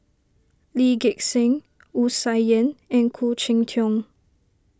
Lee Gek Seng Wu Tsai Yen and Khoo Cheng Tiong